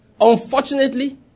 Unfortunately